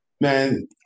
man